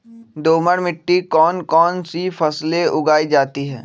दोमट मिट्टी कौन कौन सी फसलें उगाई जाती है?